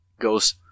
goes